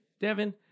Devin